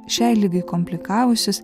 šiai ligai komplikavusis